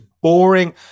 boring